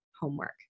homework